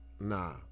nah